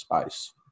space